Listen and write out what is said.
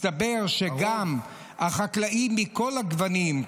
מסתבר שגם החקלאים מכל הגוונים,